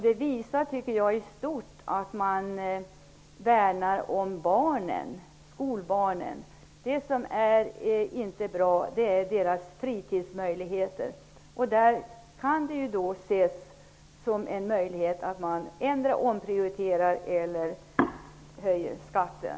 Det visar i stort att man värnar skolbarnen. Det som inte är bra är deras fritidsmöjligheter. Där kan det ses som en möjlighet att man endera omprioriterar eller höjer skatten.